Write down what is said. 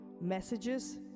messages